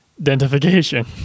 identification